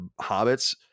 hobbits